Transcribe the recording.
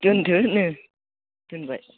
दोन्दो नो दोनबाय